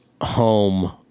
home